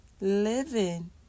living